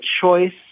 choice